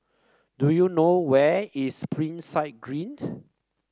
do you know where is Springside Green